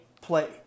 play